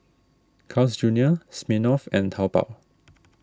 Carl's Junior Smirnoff and Taobao